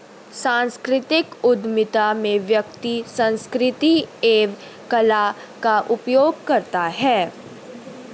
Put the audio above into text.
सांस्कृतिक उधमिता में व्यक्ति संस्कृति एवं कला का उपयोग करता है